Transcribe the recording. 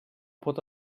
pot